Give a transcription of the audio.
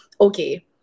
okay